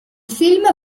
film